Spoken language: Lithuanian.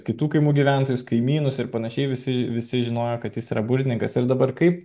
kitų kaimų gyventojus kaimynus ir panašiai visi visi žinojo kad jis yra burtininkas ir dabar kaip